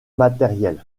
matériels